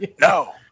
No